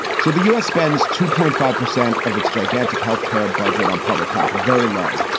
so the us spends two point five percent of its gigantic health care budget on public health, very low.